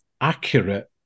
accurate